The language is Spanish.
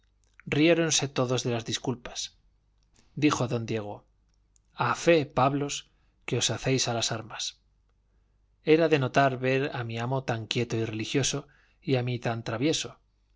riéronse todos de las disculpas dijo don diego a fe pablos que os hacéis a las armas era de notar ver a mi amo tan quieto y religioso y a mí tan travieso